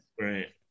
right